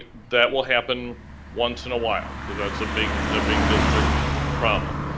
that will happen once in a while cause that's a big a big district problem.